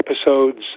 Episodes